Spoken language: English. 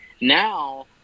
now